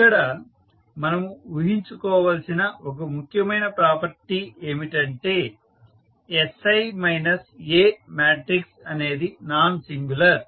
ఇక్కడ మనము ఊహించుకోవాల్సిన ఒక ముఖ్యమైన ప్రాపర్టీ ఏమిటంటే sI A మాట్రిక్స్ అనేది నాన్ సింగులర్